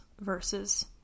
versus